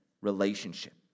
relationship